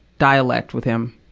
dialect with him.